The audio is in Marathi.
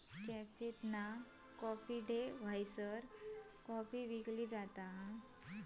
कॅफे कॉफी डे हयसर कॉफी विकली जाता